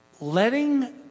letting